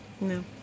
no